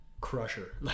crusher